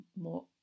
more